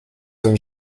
seine